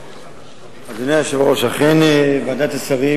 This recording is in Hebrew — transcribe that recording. אדוני היושב-ראש, אכן ועדת השרים